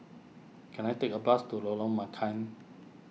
can I take a bus to Lorong